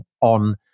on